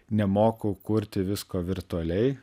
nemoku kurti visko virtualiai